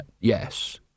yes